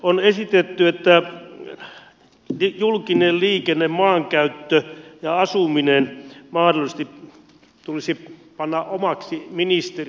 on esitetty että julkinen liikenne maankäyttö ja asuminen mahdollisesti tulisi panna omaksi ministeriökseen